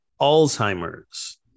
Alzheimer's